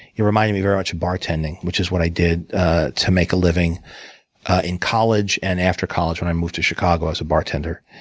it reminded me very much of bartending, which is what i did to make a living in college, and after college when i moved to chicago as a bartender.